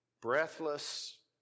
breathless